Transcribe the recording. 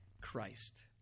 Christ